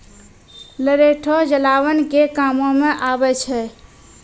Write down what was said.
लरैठो जलावन के कामो मे आबै छै